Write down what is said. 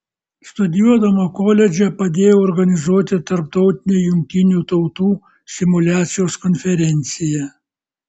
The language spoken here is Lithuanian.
studijuodama koledže padėjau organizuoti tarptautinę jungtinių tautų simuliacijos konferenciją